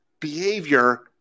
behavior